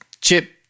Chip